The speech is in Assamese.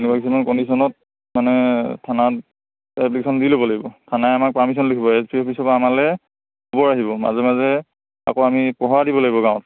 এনেকুৱা কিছুমান কণ্ডিশ্যনত মানে থানাত এপ্লিকেশ্যন দি ল'ব লাগিব থানাই আমাক পাৰ্মিশ্যন লিখিব এছ ডি অফিচৰ পৰা আমালৈ খবৰ আহিব মাজে মাজে আকৌ আমি পহৰা দিব লাগিব গাঁৱত